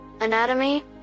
Anatomy